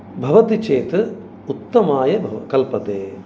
भवति चेद् उत्तमाय भव कल्पते